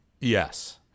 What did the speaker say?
Yes